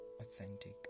authentic